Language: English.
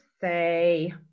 say